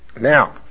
now